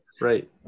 Right